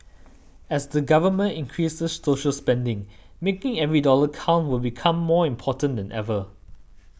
as the government increases social spending making every dollar count will become more important than ever